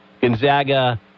Gonzaga